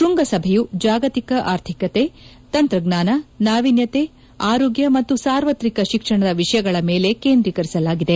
ಶೃಂಗಸಭೆಯು ಜಾಗತಿಕ ಆರ್ಥಿಕತೆ ತಂತ್ರಜ್ಞಾನ ನಾವೀನ್ಯತೆ ಆರೋಗ್ಯ ಮತ್ತು ಸಾರ್ವತ್ರಿಕ ಶಿಕ್ಷಣದ ವಿಷಯಗಳ ಮೇಲೆ ಕೇಂದ್ರೀಕರಿಸಲಿದೆ